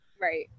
right